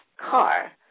car